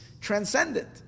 transcendent